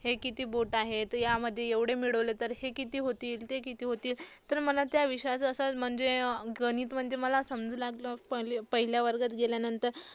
हे किती बोट आहेत यामध्ये एवढे मिळवले तर हे किती होतील ते किती होतील तर मला त्या विषयाचा असा म्हणजे गणित म्हणजे मला समजू लागलं पही पहिल्या वर्गात गेल्यानंतर